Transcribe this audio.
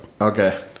Okay